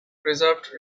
preserved